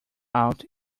out